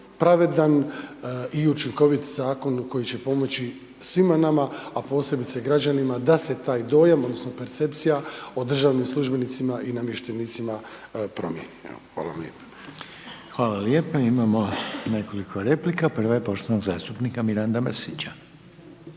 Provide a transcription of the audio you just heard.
pravedan i učinkovit zakon koji će pomoći svima nama, a posebice građanima da se taj dojam odnosno percepcija o državnim službenicima i namještenicima promjeni. Evo, hvala vam lijepo. **Reiner, Željko (HDZ)** Hvala lijepa, imamo nekoliko replika, prva je poštovanog zastupnika Miranda Mrsića.